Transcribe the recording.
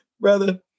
Brother